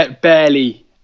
barely